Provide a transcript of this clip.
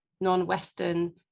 non-western